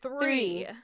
Three